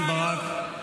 רם בן ברק.